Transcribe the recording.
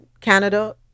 canada